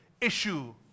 issue